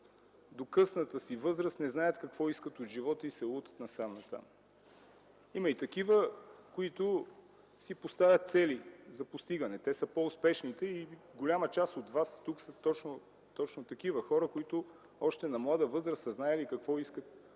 до късната си възраст, не знаят какво искат от живота и се лутат насам-натам. Има и такива, които си поставят цели за постигане. Те са по-успешните. Голяма част от вас тук са точно такива хора, които още на млада възраст са знаели какво искат